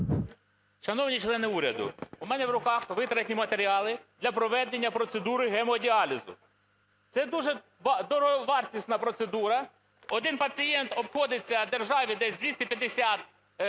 Шановні члени уряду, у мене в руках витратні матеріали для проведення процедури гемодіалізу. Це дуже дороговартісна процедура, один пацієнт обходиться державі десь в 250 тисяч